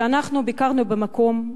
ביקרנו במקום,